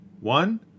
one